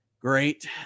great